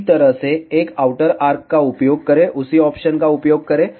उसी तरह से एक आउटर आर्क का उपयोग करें उसी ऑप्शन का उपयोग करें